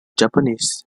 japanese